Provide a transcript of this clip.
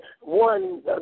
one